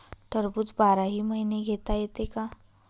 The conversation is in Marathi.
टरबूज बाराही महिने घेता येते का?